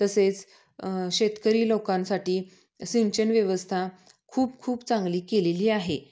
तसेच शेतकरी लोकांसाठी सिंचन व्यवस्था खूप खूप चांगली केलेली आहे